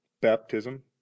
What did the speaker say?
baptism